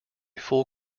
full